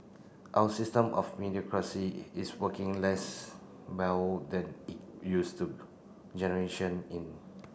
our system of is working less well than it used to generation in